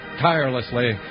Tirelessly